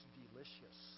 delicious